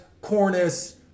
cornice